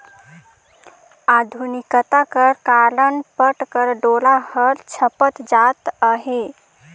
आधुनिकता कर कारन पट कर डोरा हर छपत जात अहे